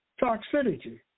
toxicity